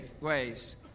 ways